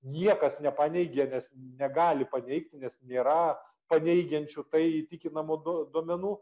niekas nepaneigė nes negali paneigti nes nėra paneigiančių tai įtikinamų do duomenų